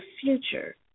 future